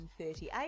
138